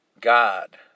God